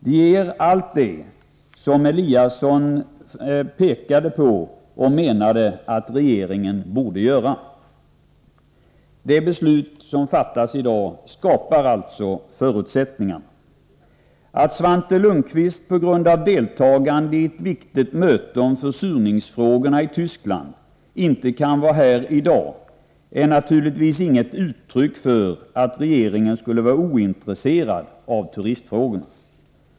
Det ger allt det som Eliasson pekade på och menade att regeringen bör göra. Det beslut som fattas i dag skapar alltså förutsättningarna. Att Svante Lundkvist på grund av deltagande i ett viktigt möte om försurningsfrågorna i Tyskland inte kan vara här i dag är naturligtvis inget uttryck för att regeringen skulle vara ointresserad av turistfrågorna.